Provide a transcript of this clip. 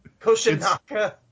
Koshinaka